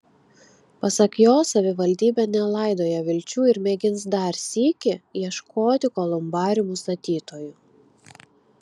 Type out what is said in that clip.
pasak jos savivaldybė nelaidoja vilčių ir mėgins dar sykį ieškoti kolumbariumų statytojų